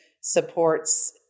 supports